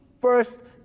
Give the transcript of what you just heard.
first